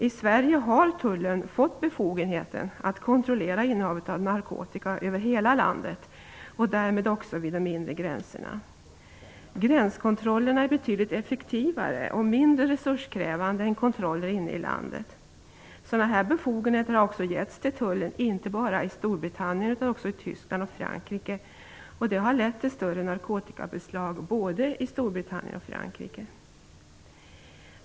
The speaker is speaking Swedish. I Sverige har tullen fått befogenheten att kontrollera innehav av narkotika över hela landet, därmed också vid de inre gränserna. Gränskontroller är betydligt effektivare och mindre resurskrävande än kontroller inne i landet. Sådana här befogenheter har också getts till tullen inte bara i Storbritannien utan också i Tyskland och Frankrike. Det har lett till större narkotikabeslag både i Storbritannien och i Frankrike.